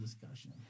discussion